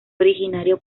originario